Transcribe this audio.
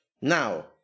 Now